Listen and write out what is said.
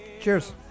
Cheers